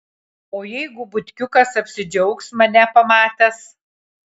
o jeigu butkiukas apsidžiaugs mane pamatęs